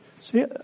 See